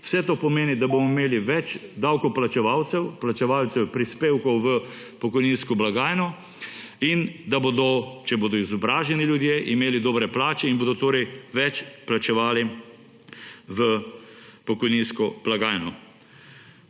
vse to pomeni, da bomo imeli več davkoplačevalcev, plačevalcev prispevkov v pokojninsko blagajno, in da bodo, če bodo izobraženi ljudi, imeli dobre plače in bodo torej več vplačevali v pokojninsko blagajno.